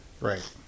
Right